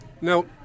Now